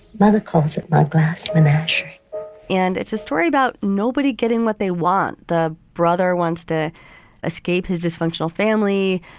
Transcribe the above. by the concept by glass menagerie and it's a story about nobody getting what they want. the brother wants to escape his dysfunctional family,